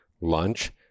lunch